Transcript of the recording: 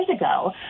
ago